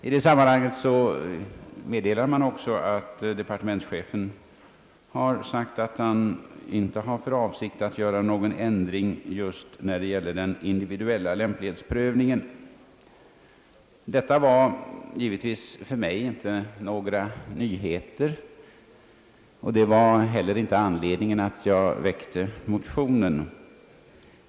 I detta sammanhang meddelas också att departementschefen anfört att han inte har för avsikt att göra någon ändring i den individuella lämplighetsprövningen. Detta var givetvis för mig inte några nyheter, och det var inte heller anledningen till att jag väckte motionen.